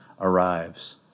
arrives